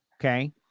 Okay